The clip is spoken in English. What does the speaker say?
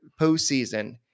postseason